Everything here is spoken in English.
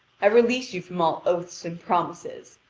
i release you from all oaths and promises.